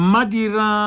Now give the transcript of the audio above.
Madira